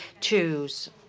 choose